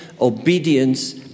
obedience